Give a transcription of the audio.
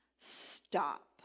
stop